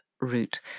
route